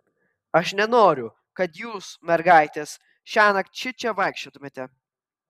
aš nenoriu kad jūs mergaitės šiąnakt šičia vaikščiotumėte